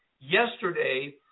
yesterday